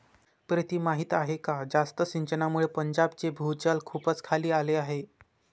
प्रीती माहीत आहे का जास्त सिंचनामुळे पंजाबचे भूजल खूपच खाली आले आहे